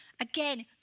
Again